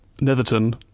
Netherton